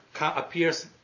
appears